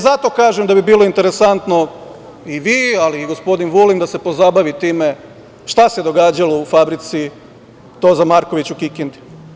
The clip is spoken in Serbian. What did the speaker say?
Zato kažem da bi bilo interesantno i vi, ali i gospodin Vulin da se pozabavi time šta se događalo u fabrici „Toza Marković“ u Kikindi.